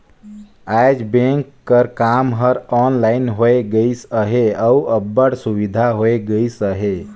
आएज बेंक कर काम हर ऑनलाइन होए गइस अहे अउ अब्बड़ सुबिधा होए गइस अहे